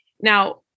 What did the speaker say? Now